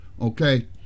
Okay